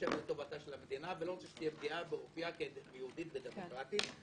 שחושב לטובת המדינה ולא רוצה שתהיה פגיעה באופייה כיהודית ודמוקרטית.